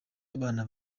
abana